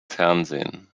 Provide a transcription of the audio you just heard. fernsehen